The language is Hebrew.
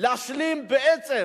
להשלים בעצם